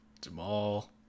Jamal